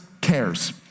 cares